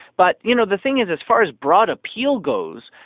but, you know, the thing is as far as broad appeal goes,